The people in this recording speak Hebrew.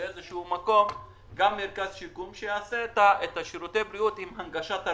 באיזה מקום מרכז שיקום שייתן את שירותי הבריאות עם הנגשה תרבותית.